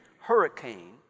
hurricane